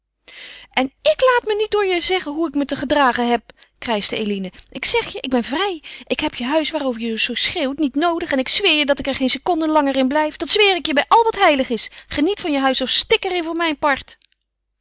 en ik laat me niet door je zeggen hoe ik me te gedragen heb krijschte eline ik zeg je ik ben vrij ik heb je huis waarover je zoo schreeuwt niet noodig en ik zweer je dat ik er geen seconde langer in blijf dat zweer ik je bij al wat heilig is geniet van je huis of stik er in voor mijn part